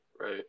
Right